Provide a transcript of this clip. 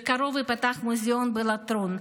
בקרוב ייפתח מוזיאון בלטרון,